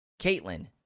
Caitlin